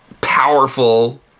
powerful